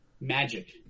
Magic